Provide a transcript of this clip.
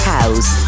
House